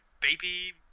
Baby